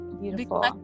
beautiful